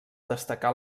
destacar